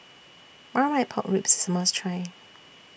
Marmite Pork Ribs IS A must Try